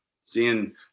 seeing